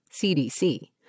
CDC